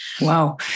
Wow